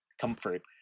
comfort